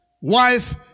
wife